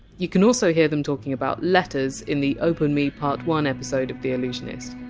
you can also hear them talking about letters in the open me part one episode of the allusionist.